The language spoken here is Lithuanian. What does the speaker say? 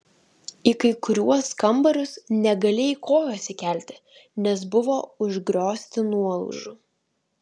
į kai kuriuos kambarius negalėjai kojos įkelti nes buvo užgriozti nuolaužų